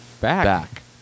back